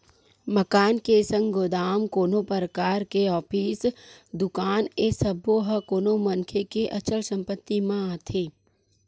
मकान के संग गोदाम, कोनो परकार के ऑफिस, दुकान ए सब्बो ह कोनो मनखे के अचल संपत्ति म आथे